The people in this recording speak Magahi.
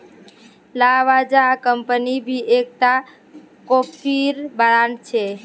लावाजा कम्पनी भी एक टा कोफीर ब्रांड छे